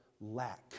lack